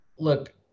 Look